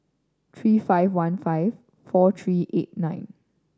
three five one five four three eight nine